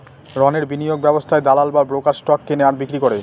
রণের বিনিয়োগ ব্যবস্থায় দালাল বা ব্রোকার স্টক কেনে আর বিক্রি করে